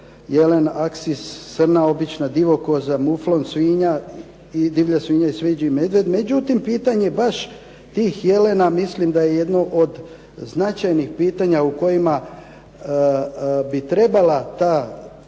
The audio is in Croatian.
jelen aksis, srna obična, divokoza, muflon svinja, divlja svinja i smeđi medvjed. Međutim, pitanje baš tih jelena mislim da je jedno od značajnih pitanja u kojima bi trebala ta